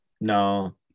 No